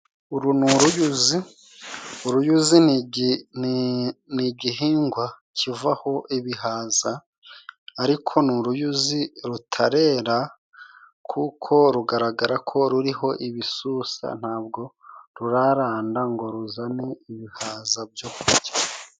Uru ni uruyuzi, uruyuzi ni igihingwa kivaho ibihaza ariko ni uruyuzi rutarera, kuko rugaragara ko ruriho ibisusa ntabwo ruraranda ngo ruzane ibihaza byo kurya.